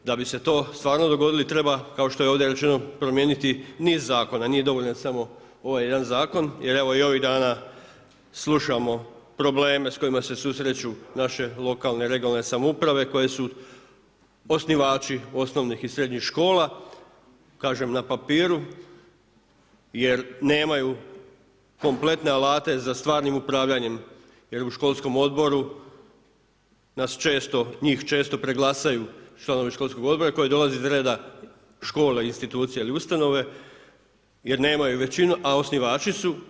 Da bi se to stvarno dogodilo treba kao što je ovdje rečeno promijeniti niz zakona, nije dovoljan samo ovaj jedan zakon, jer evo i ovih dana slušamo probleme s kojima se susreću naše lokalne, regionalne samouprave, koji su osnivači osnovnih i srednjih škola, kažem na papiru, jer nemaju kompletne alate, za stvarnim upravljanjem, jer u školskom odboru, nas često, njih često preglasaju članovi školskog odbora koji dolaze iz reda škole, institucije ili ustanove, jer nemaju većinu, a osnivači su.